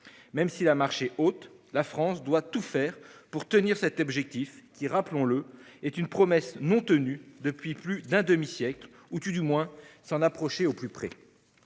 Même si la marche est haute, la France doit tout faire pour tenir cet objectif qui, rappelons-le, est une promesse non tenue depuis plus d'un demi-siècle ; il convient, à tout le moins, de s'en approcher au plus près.